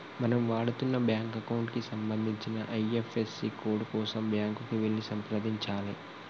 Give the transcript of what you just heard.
మనం వాడుతున్న bank account కి సంబంధించిన ఐ.ఎఫ్.ఎస్.సి కోడ్ కోసం బ్యాంకుకి వెళ్లి సంప్రదించాలే